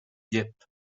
dieppe